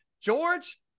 George